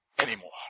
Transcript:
anymore